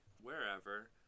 wherever